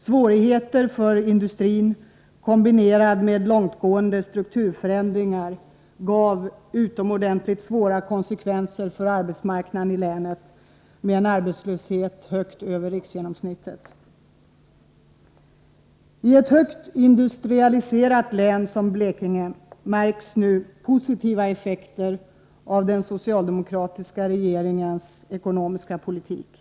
Svårigheter för industrin i kombination med långtgående strukturförändringar fick utomordentligt svåra konsekvenser för arbetsmarknaden i länet, med en arbetslöshet högt över riksgenomsnittet. I ett högt industrialiserat län som Blekinge märks nu positiva effekter av den socialdemokratiska regeringens ekonomiska politik.